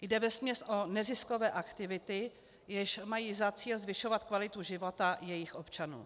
Jde vesměs o neziskové aktivity, jež mají za cíl zvyšovat kvalitu života jejich občanů.